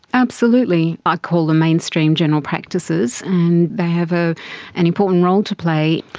absolutely. i call them mainstream general practices and they have ah an important role to play.